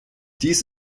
dies